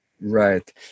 Right